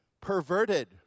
perverted